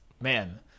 Man